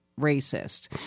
racist